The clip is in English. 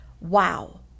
Wow